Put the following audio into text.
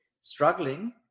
struggling